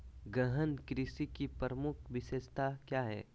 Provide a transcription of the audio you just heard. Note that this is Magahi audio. गहन कृषि की प्रमुख विशेषताएं क्या है?